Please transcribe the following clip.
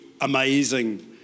amazing